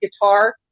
guitar